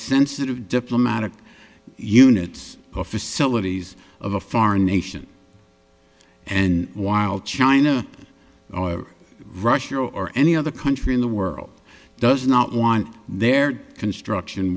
sensitive diplomatic units of facilities of a foreign nation and while china russia or any other country in the world does not want their construction